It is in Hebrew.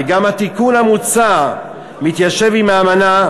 וגם התיקון המוצע מתיישב עם האמנה.